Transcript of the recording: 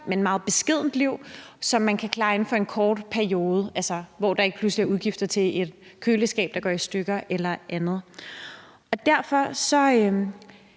men meget beskedent liv, som man kan klare inden for en kort periode, altså hvor der ikke pludselig er udgifter til et køleskab, der går i stykker, eller andet. Derfor